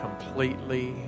completely